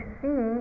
see